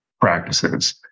practices